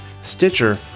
Stitcher